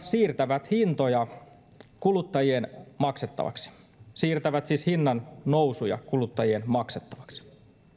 siirtävät hintoja kuluttajien maksettavaksi siirtävät siis hinnannousuja kuluttajien maksettavaksi